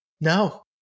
no